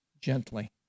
gently